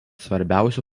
svarbiausių